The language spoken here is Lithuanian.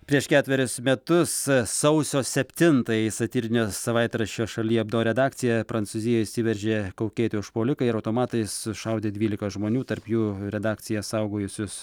prieš ketverius metus sausio septintąją į satyrinio savaitraščio šaly abdo redakciją prancūzijoj įsiveržė kaukėti užpuolikai ir automatais sušaudė dvyliką žmonių tarp jų redakciją saugojusius